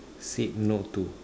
said no to